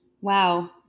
Wow